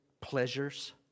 pleasures